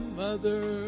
mother